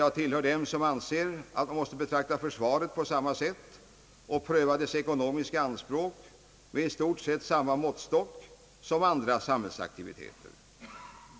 Jag hör till dem som anser att man måste betrakta försvaret på samma sätt och pröva dess ekonomiska anspråk med i stort samma måttstock som andra samhällsaktiviteter.